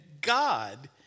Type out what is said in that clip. God